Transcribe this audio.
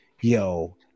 yo